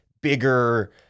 bigger